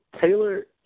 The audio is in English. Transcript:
Taylor